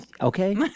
Okay